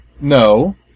No